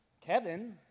Kevin